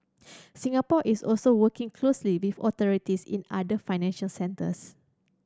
Singapore is also working closely with authorities in other financial centres